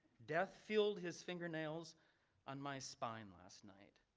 death filled his fingernails on my spine last night.